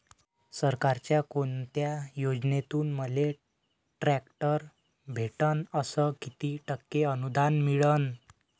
सरकारच्या कोनत्या योजनेतून मले ट्रॅक्टर भेटन अस किती टक्के अनुदान मिळन?